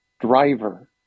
driver